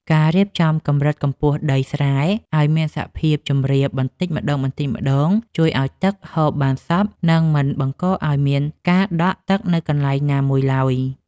ការរៀបចំកម្រិតកម្ពស់ដីស្រែឱ្យមានសភាពជម្រាលបន្តិចម្តងៗជួយឱ្យទឹកហូរបានសព្វ និងមិនបង្កឱ្យមានការដក់ទឹកនៅកន្លែងណាមួយឡើយ។